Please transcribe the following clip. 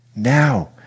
now